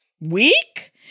week